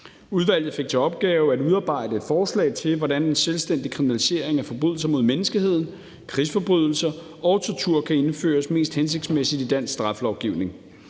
Udvalget fik til opgave at udarbejde et forslag til, hvordan en selvstændig kriminalisering af forbrydelser mod menneskeheden, krigsforbrydelser og tortur kan indføres mest hensigtsmæssigt i dansk straffelovgivning.